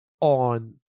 on